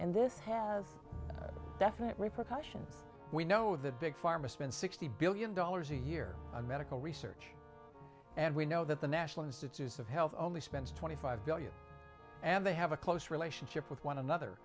and this has definite repercussions we know the big pharma spend sixty billion dollars a year on medical research and we know that the national institutes of health only spends twenty five billion and they have a close relationship with one another